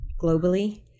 globally